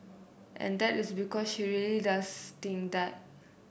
and that is because she really does think that